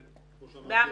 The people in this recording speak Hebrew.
כמו שאמרתי,